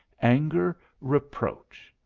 anger, reproach.